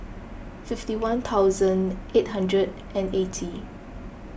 fifty one thousand eight hundred and eighty